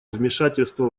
вмешательства